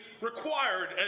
required